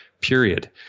period